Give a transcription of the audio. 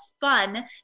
fun